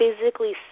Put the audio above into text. physically